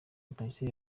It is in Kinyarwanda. rutayisire